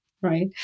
right